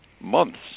months